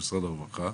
בריאות.